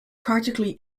practically